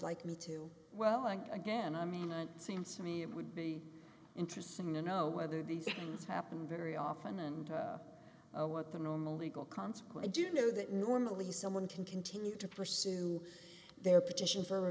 like me to well and again i mean it seems to me it would be interesting to know whether these things happen very often and what the normal legal consequence do know that normally someone can continue to pursue their petition